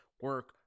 Work